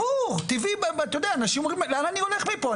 ברור, לאן אני הולך מפה.